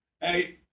hey